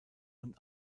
und